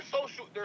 social